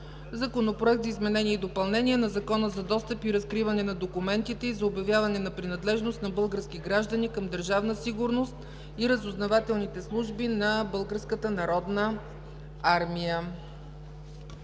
„Закон за изменение и допълнение на Закона за достъп и разкриване на документите и за обявяване на принадлежност на български граждани към Държавна сигурност и разузнавателните служби на